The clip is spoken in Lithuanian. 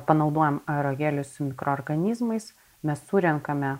panaudojam aerogelius su mikroorganizmais mes surenkame